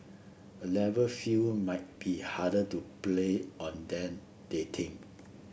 A Level field might be harder to play on than they think